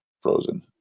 Frozen